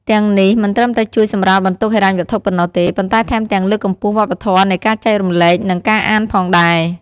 ទាំងនេះមិនត្រឹមតែជួយសម្រាលបន្ទុកហិរញ្ញវត្ថុប៉ុណ្ណោះទេ ប៉ុន្តែថែមទាំងលើកកម្ពស់វប្បធម៌នៃការចែករំលែក និងការអានផងដែរ។